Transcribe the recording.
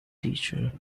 teacher